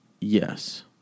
yes